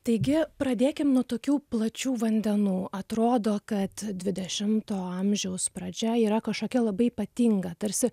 taigi pradėkim nuo tokių plačių vandenų atrodo kad dvidešimto amžiaus pradžia yra kažkokia labai ypatinga tarsi